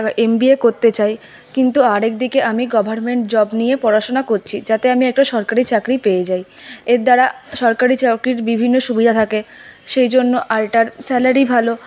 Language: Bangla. এমবিএ করতে চাই কিন্তু আরেকদিকে আমি গভর্নমেন্ট জব নিয়ে পড়াশোনা করছি যাতে আমি একটা সরকারি চাকরি পেয়ে যাই এর দ্বারা সরকারি চাকরির বিভিন্ন সুবিধা থাকে সেই জন্য আর এটার স্যালারি ভালো